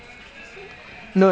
sanjay and haresh laboratory partner